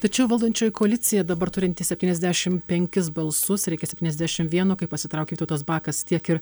tačiau valdančioji koalicija dabar turinti septyniasdešim penkis balsus reikia septyniasdešim vieno kai pasitraukė vytautas bakas tiek ir